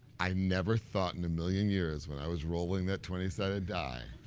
i never thought in a million years, when i was rolling that twenty sided die,